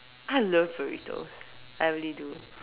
I love burritos I really do